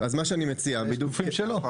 ויש גופים שלא.